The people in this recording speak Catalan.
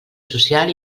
social